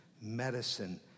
medicine